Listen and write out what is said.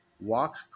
walk